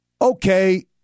Okay